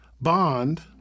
Bond